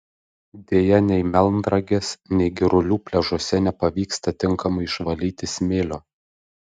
deja nei melnragės nei girulių pliažuose nepavyksta tinkamai išvalyti smėlio